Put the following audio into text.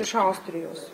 iš austrijos